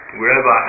wherever